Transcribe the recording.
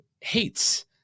hates